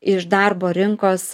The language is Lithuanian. iš darbo rinkos